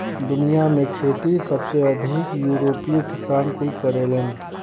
दुनिया में खेती सबसे अधिक यूरोपीय किसान कुल करेलन